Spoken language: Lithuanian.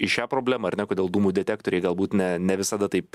į šią problemą ar ne kodėl dūmų detektoriai galbūt ne ne visada taip